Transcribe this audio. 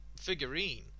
figurine